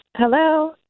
Hello